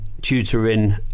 tutoring